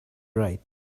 right